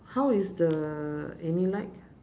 how is the any like